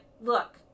look